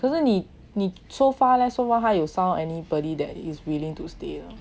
可是你你 so far leh so far 他有 found anybody that is willing to stay or not